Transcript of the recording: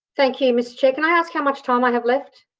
thank you, mr chair. can i ask how much time i have left?